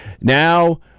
Now